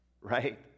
right